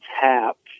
tapped